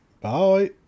Bye